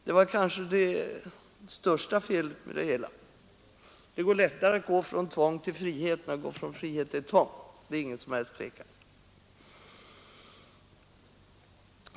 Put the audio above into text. Det var kanske det största felet. Det går lättare att gå från tvång till frihet än från frihet till tvång, därom råder ingen som helst tvekan.